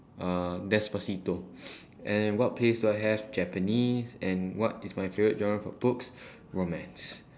uh despacito and what place do I have japanese and what is my favorite genre for books romance